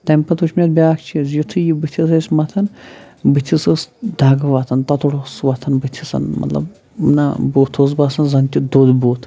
تَمہِ پَتہٕ وٕچھ مےٚ اَتھ بیٛاکھ چیٖز یُتھُے یہِ بٕتھِس ٲسۍ مَتھان بٕتھِس ٲس دَگ وۄتھان تۄتُر اوس وۄتھان بٕتھِس مطلب نہ بُتھ اوس باسان زَن تہِ دوٚد بُتھ